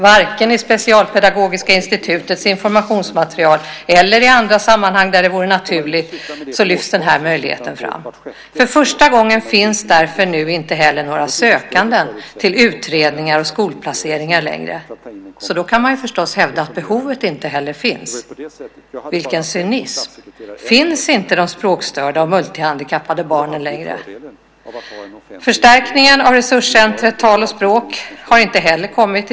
Varken i Specialpedagogiska institutets informationsmaterial eller i andra sammanhang där det vore naturligt lyfts den möjligheten fram. Därför finns nu för första gången inte heller några sökande till utredningar och skolplaceringar, och då kan man förstås hävda att inte heller behovet finns. Vilken cynism! Finns inte de språkstörda och multihandikappade barnen längre? Förstärkningen av Resurscenter tal och språk har inte heller gjorts.